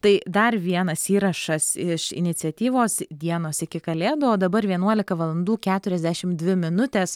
tai dar vienas įrašas iš iniciatyvos dienos iki kalėdų o dabar vienuolika valandų keturiasdešim dvi minutės